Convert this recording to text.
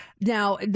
Now